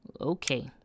Okay